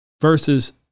versus